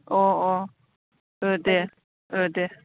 अह अह ओह दे ओह दे